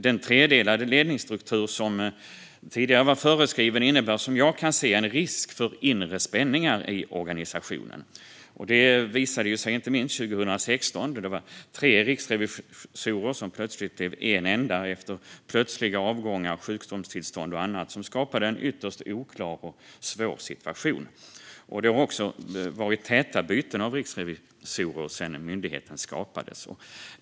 Den tredelade ledningsstruktur som tidigare var föreskriven innebär, vad jag kan se, en risk för inre spänningar i organisationen. Det visade sig inte minst 2016, då tre riksrevisorer plötsligt blev en enda efter plötsliga avgångar, sjukdomstillstånd och annat som skapade en ytterst oklar och svår situation. Det har också varit täta byten av riksrevisorer sedan myndigheten skapades.